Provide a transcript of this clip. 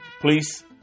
please